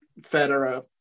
Federer